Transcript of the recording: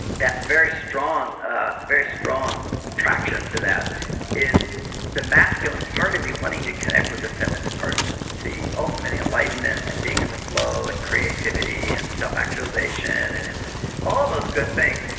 that very strong, ah very strong attraction to that is the masculine part of me wanting to connect with the feminine part of me. see, ultimately enlightenment and being in the flow and creativity and self-actualization, and and all those good things,